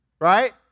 right